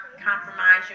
compromise